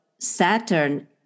Saturn